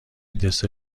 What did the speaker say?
دسر